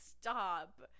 Stop